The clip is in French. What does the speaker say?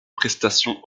prestations